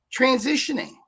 transitioning